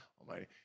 Almighty